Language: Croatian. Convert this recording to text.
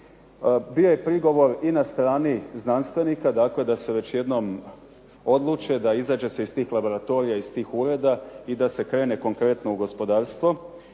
Bio je prigovor i na strani znanstvenika, dakle da se već jednom odluče da izađe se iz tih laboratorija, iz tih ureda i da se krene konkretno u gospodarstvo